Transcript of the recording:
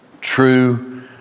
true